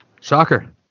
Soccer